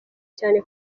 cyane